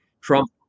Trump